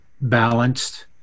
balanced